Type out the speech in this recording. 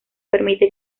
permite